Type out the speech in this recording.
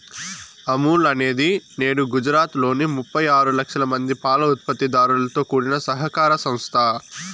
అమూల్ అనేది నేడు గుజరాత్ లోని ముప్పై ఆరు లక్షల మంది పాల ఉత్పత్తి దారులతో కూడిన సహకార సంస్థ